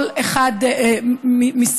כל אחד מסיבותיו,